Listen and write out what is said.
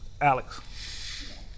Alex